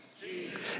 Jesus